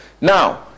Now